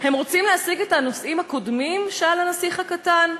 "הם רוצים להשיג את הנוסעים הקודמים?" שאל הנסיך הקטן.